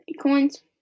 Coins